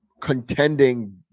Contending